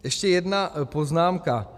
Ještě jedna poznámka.